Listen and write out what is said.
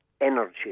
energy